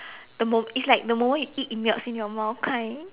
the mo~ it's like the moment you eat it melts in your mouth kind